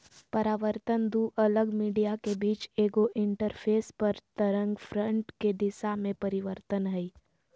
परावर्तन दू अलग मीडिया के बीच एगो इंटरफेस पर तरंगफ्रंट के दिशा में परिवर्तन हइ